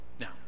Now